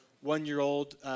one-year-old